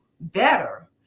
better